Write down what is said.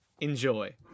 Enjoy